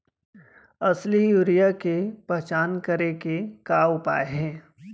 असली यूरिया के पहचान करे के का उपाय हे?